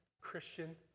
Christian